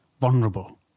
vulnerable